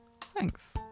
thanks